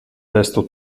testo